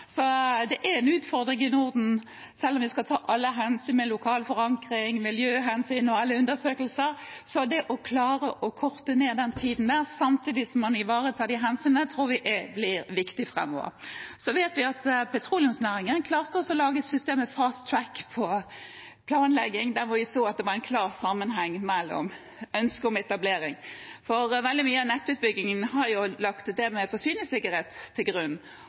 så det er en utfordring i Norden – selv om vi skal ta alle hensyn, med lokal forankring, miljøhensyn og undersøkelser. Så det å klare å korte ned den tiden samtidig som man ivaretar de hensynene, tror vi blir viktig framover. Så vet vi at petroleumsnæringen klarte å lage et system med «fast track» på planlegging, der vi så at det var en klar sammenheng med ønsket om etablering. For veldig mye av nettutbyggingen er det med forsyningssikkerhet lagt til grunn,